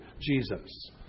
Jesus